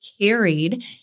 carried